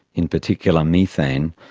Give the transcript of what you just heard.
in particular methane,